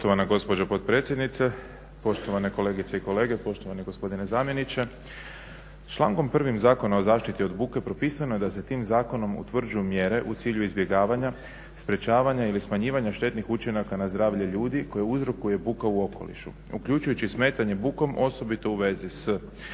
Poštovana gospođo potpredsjednice, poštovane kolegice i kolege, poštovani gospodine zamjeniče. Člankom prvim Zakona o zaštiti od buke propisano je da se tim zakonom utvrđuju mjere u cilju izbjegavanja, sprečavanja ili smanjivanja štetnih učinaka na zdravlje ljudi koje uzrokuje buka u okolišu, uključujući smetanje bukom u vezi s